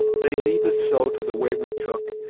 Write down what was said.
they leave us so to the way we took,